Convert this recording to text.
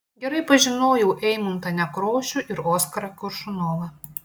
gerai pažinojau eimuntą nekrošių ir oskarą koršunovą